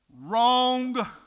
Wrong